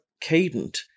cadent